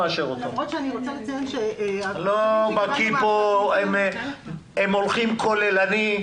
למרות שאני רוצה לציין שהסמכות --- הם הולכים באופן כוללני.